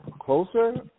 closer